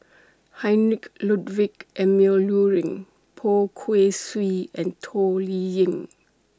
Heinrich Ludwig Emil Luering Poh Kay Swee and Toh Liying